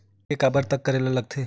ऋण के काबर तक करेला लगथे?